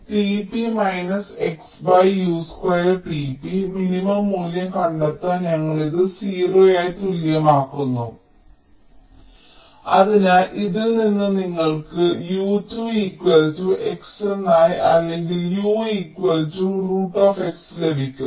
tp XU2 tp minimum മൂല്യം കണ്ടെത്താൻ ഞങ്ങൾ ഇത് 0 ആയി തുല്യമാക്കുന്നു അതിനാൽ ഇതിൽ നിന്ന് നിങ്ങൾക്ക് U 2 Xനന്നായി അല്ലെങ്കിൽ U X ലഭിക്കും